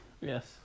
Yes